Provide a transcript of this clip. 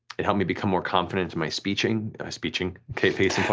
it helped me become more confident to my speeching, ah speeching, case in point.